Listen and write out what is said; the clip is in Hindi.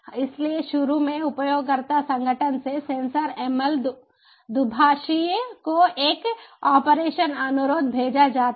इसलिए शुरू में उपयोगकर्ता संगठन से सेंसर ML दुभाषिया को एक ऑपरेशन अनुरोध भेजा जाता है